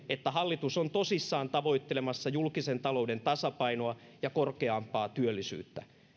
että hallitus on tosissaan tavoittelemassa julkisen talouden tasapainoa ja korkeampaa työllisyyttä